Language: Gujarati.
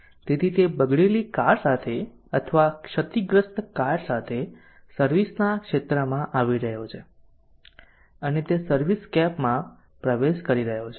તેથી તે બગડેલી કાર સાથે અથવા ક્ષતિગ્રસ્ત કાર સાથે સર્વિસ ના ક્ષેત્રમાં આવી રહ્યો છે અને તે સર્વિસસ્કેપમાં પ્રવેશ કરી રહ્યો છે